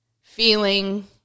feeling